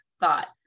thought